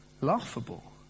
laughable